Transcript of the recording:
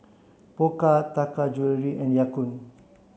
Pokka Taka Jewelry and Ya Kun